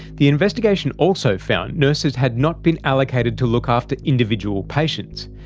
the investigation also found nurses had not been allocated to look after individual patients,